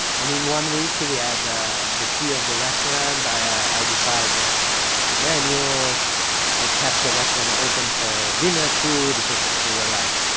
and in one week, we had the the key of the restaurant. i decide the the menu. i kept the restaurant open for dinner too because they they were, like,